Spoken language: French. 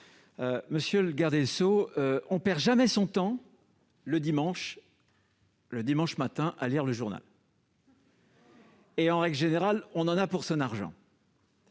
Monsieur le garde des sceaux, on ne perd jamais son temps, le dimanche matin, à lire le journal. On en a généralement pour son argent